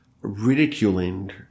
ridiculing